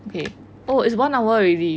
okay oh it's one hour already